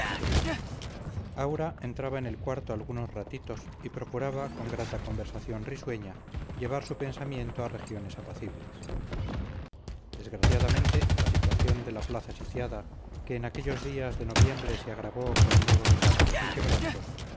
aura entraba en el cuarto algunos ratitos y procuraba con grata conversación risueña llevar su pensamiento a regiones apacibles desgraciadamente la situación de la plaza sitiada que en aquellos días de noviembre se agravó con nuevos desastres y quebrantos